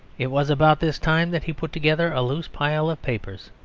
it was about this time that he put together a loose pile of papers,